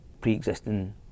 pre-existing